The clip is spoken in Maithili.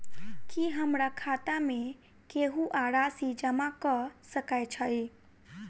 की हमरा खाता मे केहू आ राशि जमा कऽ सकय छई?